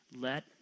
Let